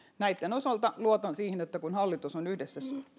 näitten osalta luotan siihen että kun hallitus on yhdessä